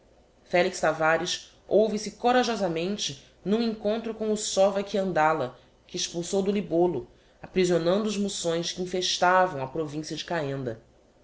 felix tavares houve-se corajosamente n'um encontro com o sova quiandala que expulsou do libôllo aprisionando os mussões que infestavam a provincia de cahenda